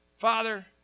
Father